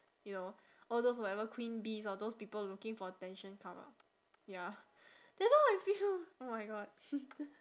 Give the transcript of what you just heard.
you know all those whatever queen bees or those people looking for attention come ah ya that's why I feel oh my god